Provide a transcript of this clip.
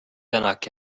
tänak